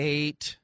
Eight